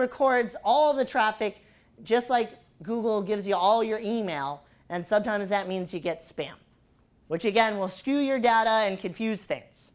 records all the traffic just like google gives you all your email and sometimes that means you get spam which again will skew your data and confuse things